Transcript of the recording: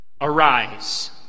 arise